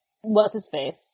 what's-his-face